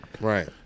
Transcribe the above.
Right